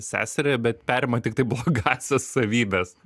seserį bet perima tiktai blogąsias savybes